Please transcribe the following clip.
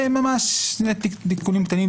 ממש תיקונים קטנים.